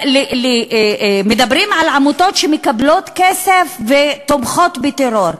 מדברים על עמותות שמקבלות כסף ותומכות בטרור.